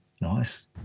Nice